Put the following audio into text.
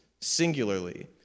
singularly